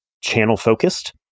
channel-focused